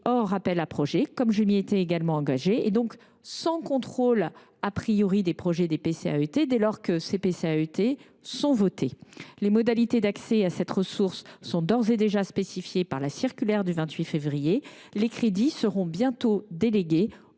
hors appel à projets, comme je m’y étais également engagée, et donc sans contrôle des projets des PCAET dès lors que ces derniers sont votés. Les modalités d’accès à cette ressource sont déjà spécifiées par la circulaire du 28 février et les crédits seront bientôt délégués